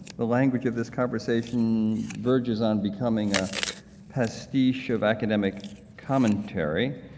the language of this conversation verges on becoming a pastiche of academic commentary,